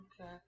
Okay